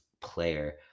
player